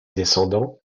descendant